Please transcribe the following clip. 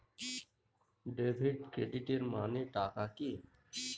Debit ক্রেডিটের মানে টা কি?